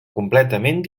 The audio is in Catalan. completament